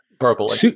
verbally